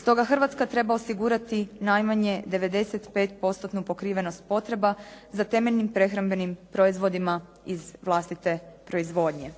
Stoga Hrvatska treba osigurati najmanje 95%-tnu pokrivenost potreba za temeljnim prehrambenim proizvodima iz vlastite proizvodnje.